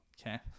Okay